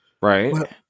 Right